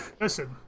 Listen